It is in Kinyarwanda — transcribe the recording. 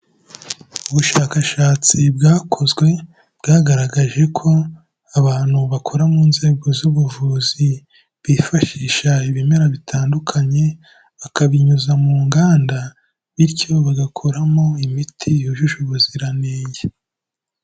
Ubushakashatsi bwakozwe bwagaragaje ko abantu bakora mu nzego z'ubuvuzi bifashisha ibimera bitandukanye, bakabinyuza mu nganda bityo bagakoramo imiti yujuje ubuziranenge.